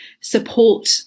support